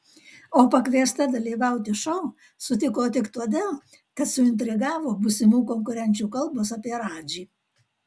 o pakviesta dalyvauti šou sutiko tik todėl kad suintrigavo būsimų konkurenčių kalbos apie radžį